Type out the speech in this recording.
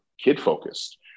kid-focused